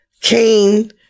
Cain